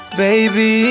baby